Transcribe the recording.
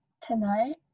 tonight